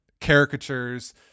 caricatures